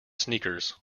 sneakers